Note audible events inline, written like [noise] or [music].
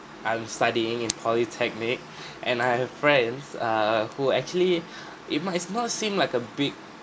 I'm studying in polytechnic [breath] and I have friends err who actually [breath] it might not seem like a big